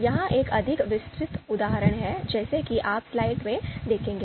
यह एक अधिक विस्तृत उदाहरण है जैसा कि आप स्लाइड में देखेंगे